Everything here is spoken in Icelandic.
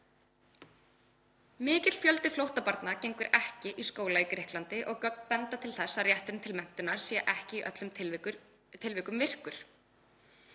Mikill fjöldi flóttabarna gengur ekki í skóla í Grikklandi og gögn benda til þess að rétturinn til menntunar sé ekki í öllum tilvikum virkur.